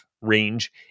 range